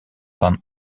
van